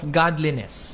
godliness